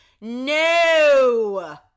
no